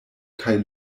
kaj